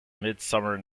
midsummer